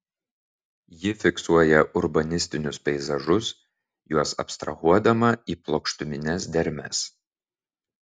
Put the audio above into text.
ji fiksuoja urbanistinius peizažus juos abstrahuodama į plokštumines dermes